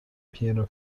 piano